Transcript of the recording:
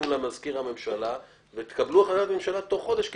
תנו למזכיר הממשלה ותקבלו הנחיות ממשלה תוך חודש,